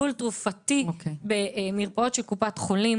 טיפול תרופתי במרפאות של קופת חולים,